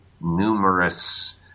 numerous